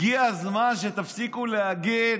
הגיע הזמן שתפסיקו להגן